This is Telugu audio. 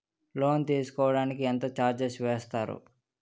లోన్ తీసుకోడానికి ఎంత చార్జెస్ వేస్తారు?